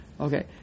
Okay